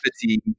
fatigue